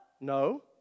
no